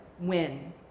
win